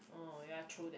oh ya true that